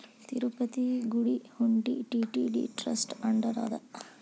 ತಿರುಪತಿ ಗುಡಿ ಹುಂಡಿ TTD trust under ಅದ